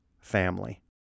family